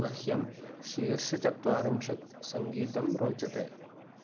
मह्यं शीर्षचत्वारिंशत् सङ्गीतं रोचते